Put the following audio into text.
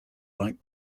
like